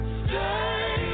stay